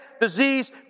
disease